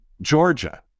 Georgia